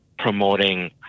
promoting